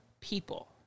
people